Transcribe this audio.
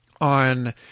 on